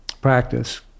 practice